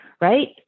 Right